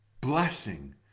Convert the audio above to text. blessing